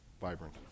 vibrant